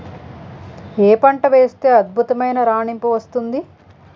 ఏ పంట వేస్తే అద్భుతమైన రాణింపు వస్తుంది?